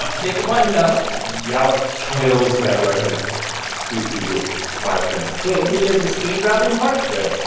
ah hit the button, though y'all killed that record beastie groove my opinion wait. when he does the speed rapping part? yeah